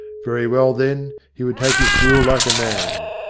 very well then, he would take his gruel like a man.